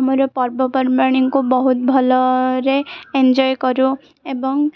ଆମର ପର୍ବପର୍ବାଣିକୁ ବହୁତ ଭଲରେ ଏଞ୍ଜୟ କରୁ ଏବଂ